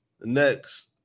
next